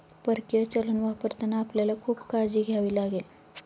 परकीय चलन वापरताना आपल्याला खूप काळजी घ्यावी लागेल